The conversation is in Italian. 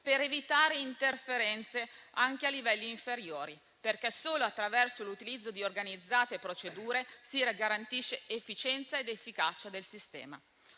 per evitare interferenze anche a livelli inferiori. Solo attraverso l'utilizzo di organizzate procedure si garantiscono efficienza ed efficacia del sistema.